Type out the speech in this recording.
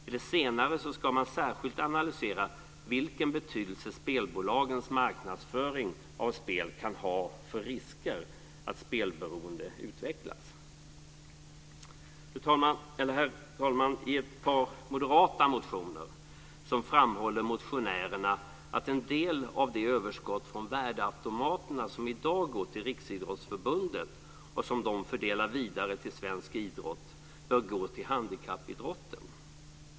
I det senare fallet ska man särskilt analysera vilken betydelse spelbolagens marknadsföring av spel kan ha för risken att spelberoende utvecklas. Herr talman! I ett par moderata motioner framhåller motionärerna att en del av det överskott från värdeautomaterna som i dag går till Riksidrottsförbundet, och som de fördelar vidare till svensk idrott, bör gå till handikappidrotten.